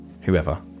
Whoever